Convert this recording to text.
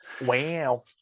wow